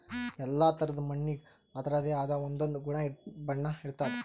ಎಲ್ಲಾ ಥರಾದ್ ಮಣ್ಣಿಗ್ ಅದರದೇ ಆದ್ ಒಂದೊಂದ್ ಗುಣ ಬಣ್ಣ ಇರ್ತದ್